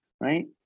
right